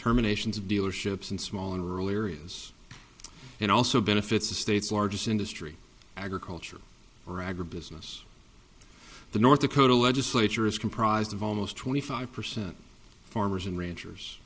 terminations of dealerships in small and rural areas and also benefits the state's largest industry agriculture or agribusiness the north dakota legislature is comprised of almost twenty five percent farmers and ranchers